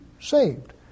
saved